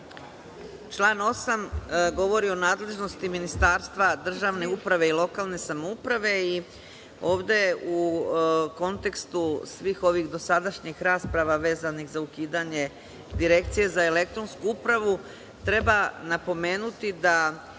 Član 8. govori o nadležnosti Ministarstva državne uprave i lokalne samouprave, i ovde u kontekstu svih ovih dosadašnjih rasprava, vezanih za ukidanje Direkcije za elektronsku upravu, treba napomenuti da,